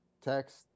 text